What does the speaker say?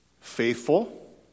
Faithful